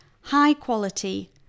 high-quality